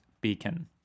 beacon